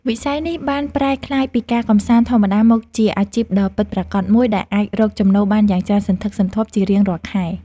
វិស័យនេះបានប្រែក្លាយពីការកម្សាន្តធម្មតាមកជាអាជីពដ៏ពិតប្រាកដមួយដែលអាចរកចំណូលបានយ៉ាងច្រើនសន្ធឹកសន្ធាប់ជារៀងរាល់ខែ។